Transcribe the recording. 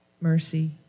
mercy